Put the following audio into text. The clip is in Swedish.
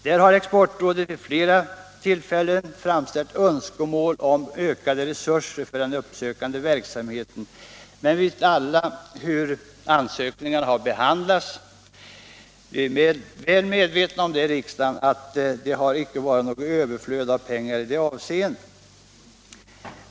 Där har Exportrådet vid flera tillfällen framställt önskemål om ökade resurser för den uppsökande verksamheten, men vi vet alla hur dessa ansökningar har behandlats, och vi är i riksdagen väl medvetna om att det icke har varit något överflöd av pengar i det avseendet.